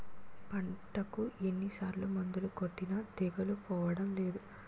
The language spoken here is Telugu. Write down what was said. పంటకు ఎన్ని సార్లు మందులు కొట్టినా తెగులు పోవడం లేదు